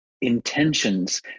intentions